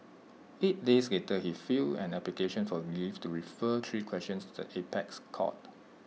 eight days later he filed an application for leave to refer three questions to the apex court